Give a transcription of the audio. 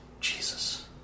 Jesus